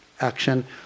action